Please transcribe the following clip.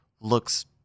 looks